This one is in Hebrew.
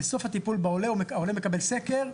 בסוף הטיפול בעולה העולה מקבל סקר,